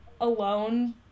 alone